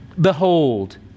behold